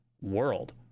world